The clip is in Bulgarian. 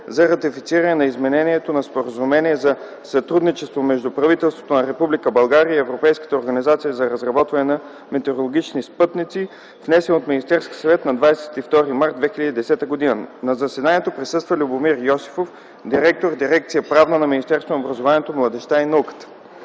за ратифициране на Изменението на Споразумението за сътрудничество между правителството на Република България и Европейската организация за разработване на метеорологични спътници, внесен от Министерския съвет на 22 март 2010 г. На заседанието присъства Любомир Йосифов – директор на дирекция „Правна” на Министерството на образованието, младежта и науката.